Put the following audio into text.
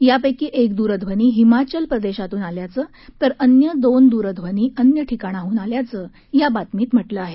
यापैकी एक दूरध्वनी हिमाचल प्रदेशातून आल्याचं तर अन्य दोन दूरध्वनी तिर ठिकाणाहून आल्याचं या बातमीत सांगितलं आहे